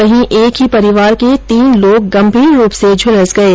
वहीं एक ही परिवार के तीन लोग गंभीर रूप से झुलस गये